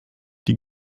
die